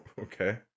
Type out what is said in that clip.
Okay